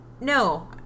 no